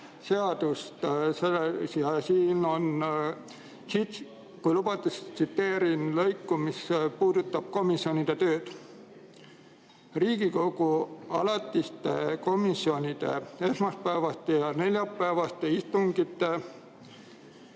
seadust. Kui lubate, tsiteerin lõiku, mis puudutab komisjonide tööd: "Riigikogu alatiste komisjonide esmaspäevaste ja neljapäevaste istungite